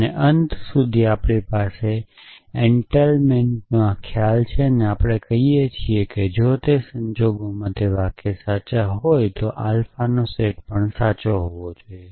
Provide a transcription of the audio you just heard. અને આ અંત સુધી આપણી પાસે એનટેલમેંટ નો આ ખ્યાલ છે અને આપણે કહીએ છીએ કે જો તે સંજોગોમાં તે વાક્યો સાચા હોય તો આલ્ફાનો સેટ પણ સાચો હોવો જોઈએ